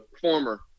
former